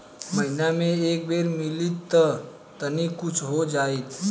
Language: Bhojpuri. महीना मे एक बेर मिलीत त तनि कुछ हो जाइत